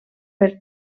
per